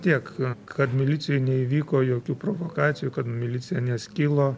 tiek kad milicijoj neįvyko jokių provokacijų kad milicija neskilo